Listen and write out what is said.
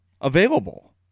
available